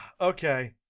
Okay